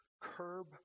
curb